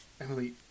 Emily